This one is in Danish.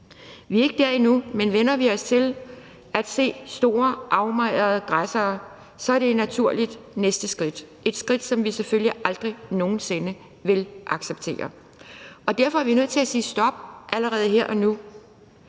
Vi er ikke der endnu, men vænner vi os til at se store udmagrede græssere, er det et naturligt næste skridt og et skridt, som vi selvfølgelig aldrig nogen sinde vil acceptere. Derfor er vi nødt til allerede her og nu